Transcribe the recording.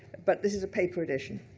but this is a paper edition.